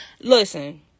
Listen